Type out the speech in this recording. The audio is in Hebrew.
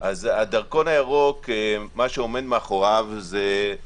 אז הדרכון הירוק מה שעומד מאחוריו זה שהוא אמצעי,